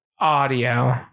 audio